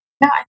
No